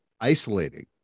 isolating